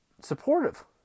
supportive